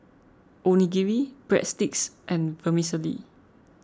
Onigiri Breadsticks and Vermicelli